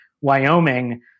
Wyoming